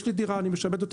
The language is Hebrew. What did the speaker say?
יש לי דירה, אני משבט אותה.